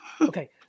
Okay